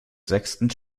sechsten